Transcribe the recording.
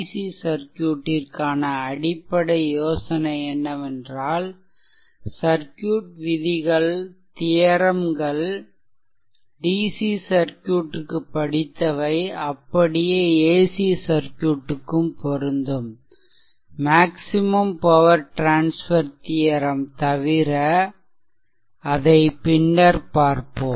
C சர்க்யூட்டிற்கான அடிப்படை யோசனை என்னவென்றால் சர்க்யூட் விதிகள் தியெரெம்கள் DC சர்க்யூட் க்கு படித்தவை அப்படியே AC சர்க்யூட் க்கும் பொருந்தும் மேக்சிமம் பவர் ட்ரான்ஸ்ஃபர் தியெரெம் தவிர அதைப் பின்னர் பார்ப்போம்